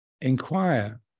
inquire